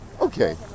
okay